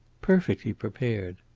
perfectly prepared.